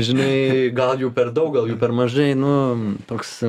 žinai gal jų per daug gal jų per mažai nu toks